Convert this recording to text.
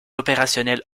opérationnelle